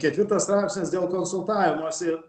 ketvirtas straipsnis dėl konsultavimosi